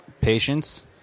patience